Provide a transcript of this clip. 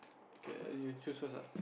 okay you choose first ah